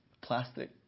plastic